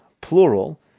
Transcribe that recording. plural